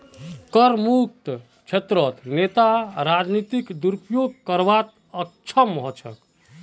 करमुक्त क्षेत्रत नेता राजनीतिक दुरुपयोग करवात अक्षम ह छेक